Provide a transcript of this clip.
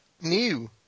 new